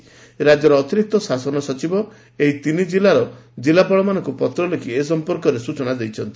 ରାକ୍ୟର ଅତିରିକ୍ତ ଶାସନ ସଚିବ ଏହି ତିନି ଜିଲ୍ଲାର ଜିଲ୍ଲାପାଳମାନଙ୍କୁ ପତ୍ର ଲେଖି ଏ ସମ୍ପକିତ ସ୍ଚନା ଦେଇଛନ୍ତି